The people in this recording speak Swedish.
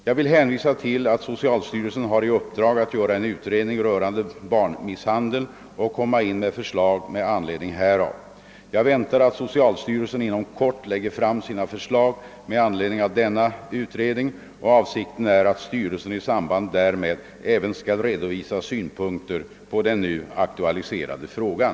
Jag vill hänvisa till att socialstyrelsen har i uppdrag att göra en utredning rörande barnmisshandel och komma in med förslag med anledning härav. Jag väntar att socialstyrelsen inom kort lägger fram sina förslag med anledning av denna utredning, och avsikten är att styrelsen i samband därmed även skall redovisa synpunkter på den nu aktualiserade frågan.